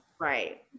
right